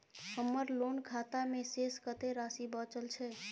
हमर लोन खाता मे शेस कत्ते राशि बचल छै?